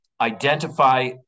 identify